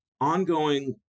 ongoing